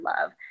love